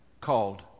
called